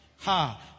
Ha